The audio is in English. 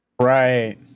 right